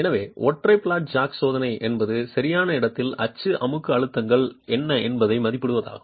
எனவே ஒற்றை flat jack சோதனை என்பது சரியான இடத்தில் அச்சு அமுக்க அழுத்தங்கள் என்ன என்பதை மதிப்பிடுவதாகும்